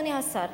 אדוני השר,